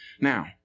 Now